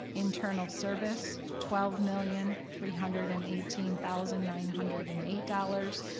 internal service twelve million three hundred and eighteen thousand nine hundred and eight dollars,